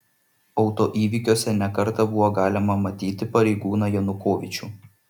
autoįvykiuose ne kartą buvo galima matyti pareigūną janukovyčių